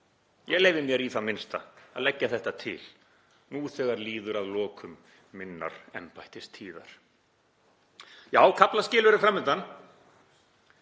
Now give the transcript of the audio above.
Ég leyfi mér í það minnsta að leggja þetta til nú þegar líður að lokum minnar embættistíðar. Já, kaflaskil eru fram undan.